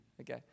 Okay